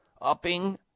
upping